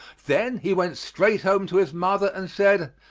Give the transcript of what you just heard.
then he went straight home to his mother and said,